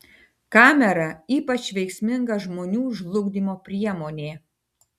kamera ypač veiksminga žmonių žlugdymo priemonė